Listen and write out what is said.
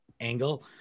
angle